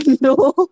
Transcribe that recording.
no